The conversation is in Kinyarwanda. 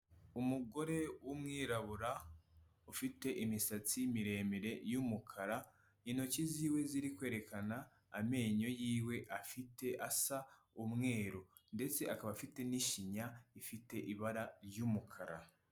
Umugore w'umwirabura ufite imisatsi miremire y'umukara, intoki ziwe ziri kwerekana amenyo yiwe afite asa umweru ndetse akaba afite n'ishinya ifite ibara ry'umukara.